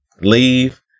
leave